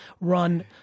run